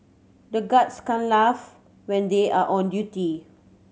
the guards can't laugh when they are on duty